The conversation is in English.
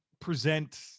present